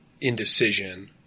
indecision